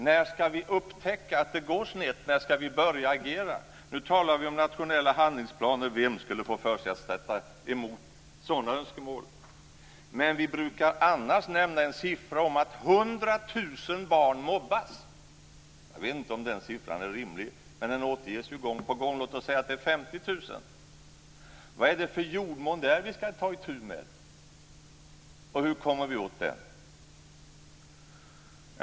När ska vi upptäcka att det går snett? När ska vi börja agera? Nu talar vi om nationella handlingsplaner. Vem skulle få för sig att sätta sig emot sådana önskemål? Annars brukar vi nämna att 100 000 barn mobbas. Jag vet inte om den siffran är rimlig men den återges gång på gång. Men låt säga att det handlar om 50 000 barn. Vad är det för jordmån där som vi ska ta itu med? Hur kommer vi åt den?